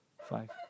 five